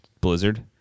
blizzard